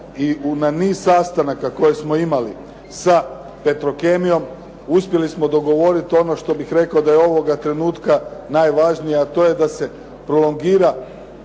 i na niz sastanaka koje smo imali sa Petrokemijom, uspjeli smo dogovoriti ono što bih rekao da je ovoga trenutka najvažnije, a to je da se prolongira